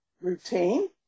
routine